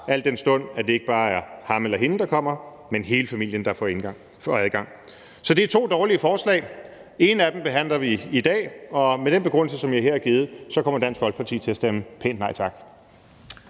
al den stund at det ikke bare er ham eller hende, der kommer, men hele familien, der får adgang. Så det er to dårlige forslag. Det ene af dem behandler vi i dag, og med den begrundelse, som jeg her har givet, kommer Dansk Folkeparti til at stemme pænt nej tak.